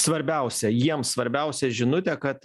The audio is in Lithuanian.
svarbiausia jiem svarbiausia žinutė kad